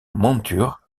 montuur